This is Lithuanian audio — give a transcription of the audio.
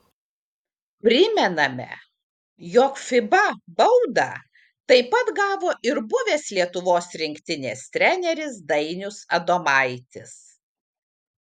primename jog fiba baudą taip pat gavo ir buvęs lietuvos rinktinės treneris dainius adomaitis